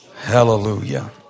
Hallelujah